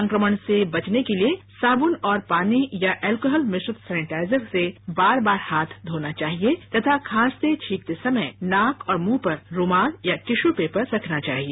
संक्रमण से बचने के लिए साबुन और पानीया एल्कोहल मिश्रित सैनिटाइजर से बार बार हाथ धोना चाहिए तथा खांसते छींकत समय नाक और मुंह पर रुमाल या टिशू पेपर रखना चाहिए